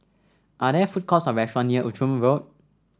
are there food courts or restaurant near Outram Road